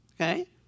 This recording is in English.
okay